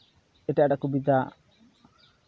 ᱮᱴᱟᱜ ᱮᱴᱟᱜ ᱠᱚᱵᱤᱛᱟ